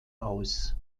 aus